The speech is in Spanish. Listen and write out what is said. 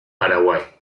paraguay